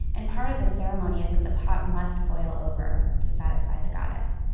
and part of the ceremony is that the pot must boil over to satisfy the goddess.